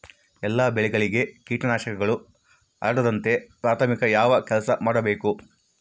ಎಲ್ಲ ಬೆಳೆಗಳಿಗೆ ಕೇಟನಾಶಕಗಳು ಹರಡದಂತೆ ಪ್ರಾಥಮಿಕ ಯಾವ ಕೆಲಸ ಮಾಡಬೇಕು?